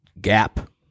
gap